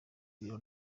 ibiro